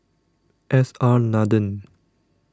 S R Nathan